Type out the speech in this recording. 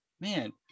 man